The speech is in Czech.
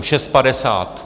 Šest padesát!